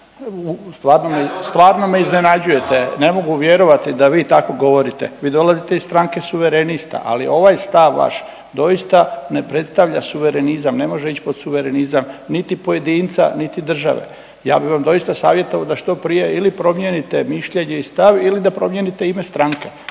stvarno me iznenađujete, ne mogu vjerovati da vi tako govorite. Vi dolazite iz stranke suverenista, ali ovaj stav vaš doista ne predstavlja suverenizam, ne može ić pod suverenizam niti pojedinca niti države. Ja bi vam doista savjetovao da što prije ili promijenite mišljenje i stav ili da promijenite ime stranke,